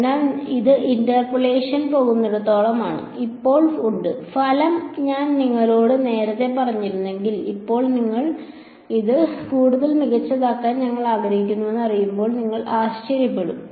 അതിനാൽ ഇത് ഇന്റർപോളേഷൻ പോകുന്നിടത്തോളം ആണ് ഇപ്പോൾ ഉണ്ട് ഫലം ഞാൻ നിങ്ങളോട് നേരത്തെ പറഞ്ഞിരുന്നെങ്കിൽ ഇപ്പോൾ നിങ്ങൾ ഇത് കൂടുതൽ മികച്ചതാക്കാൻ ഞങ്ങൾ ആഗ്രഹിക്കുന്നുവെന്ന് അറിയുമ്പോൾ നിങ്ങൾ ആശ്ചര്യപ്പെടും